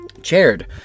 chaired